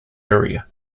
area